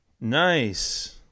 nice